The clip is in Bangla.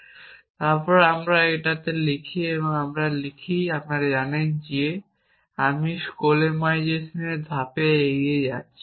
সুতরাং আসুন আমরা এটিকে আবার লিখি আপনি জানেন যে আমি স্কোলেমাইজেশনের ধাপে এড়িয়ে যাচ্ছি